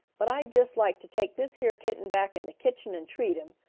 but i'd jest like to take dis yer kitten back in de kitchen and treat him,